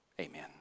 Amen